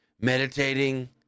Meditating